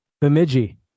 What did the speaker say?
Bemidji